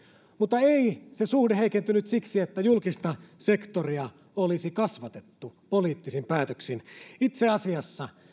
mutta ei se suhde heikentynyt siksi että julkista sektoria olisi kasvatettu poliittisin päätöksin itse asiassa